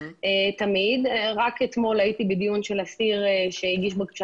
רק אתמול הייתי בדיון של אסיר שהגיש בקשה